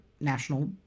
National